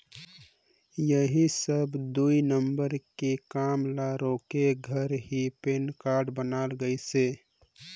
ऐही सब दुई नंबर के कमई ल रोके घर ही पेन कारड लानल गइसे